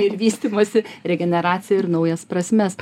ir vystymosi regeneraciją ir naujas prasmes